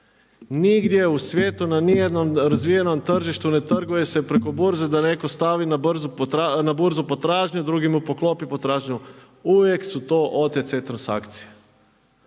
Nigdje u svijetu na nijednom razvijenom tržištu ne trguje se preko burze da neko stavi na burzu potražnju, drugi mu poklopi potražnju. Uvijek su to OTC transakcije.